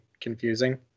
confusing